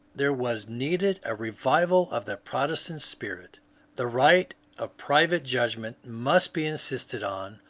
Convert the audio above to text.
there was needed a revival of the protestant spirit the right of private judgment must be insisted on,